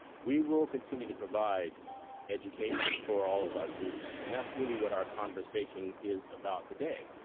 we will continue to provide education for all of our students and that's really what our conversation is about today.